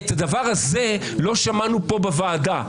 את הדבר הזה לא שמענו פה בוועדה.